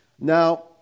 Now